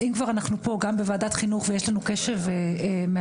אם אנחנו כבר פה ויש לנו את הקשב של האוצר,